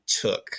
took